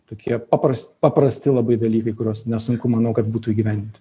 tokie papras paprasti labai dalykai kuriuos nesunku manau kad būtų įgyvendinti